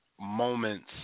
moments